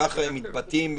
כשאתם מגדירים סוכה,